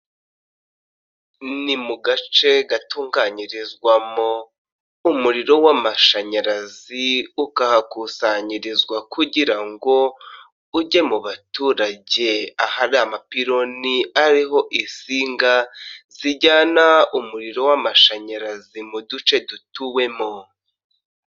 Ni mu gace gatunganyirizwamo umuriro w'amashanyarazi, ukahakusanyirizwa kugira ngo ujye mu baturage, ahari amapironi ariho isinga zijyana umuriro w'amashanyarazi mu duce dutuwemo.